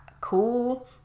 cool